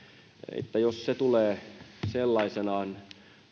että jos se tulee sellaisenaan